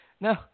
No